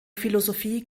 philosophie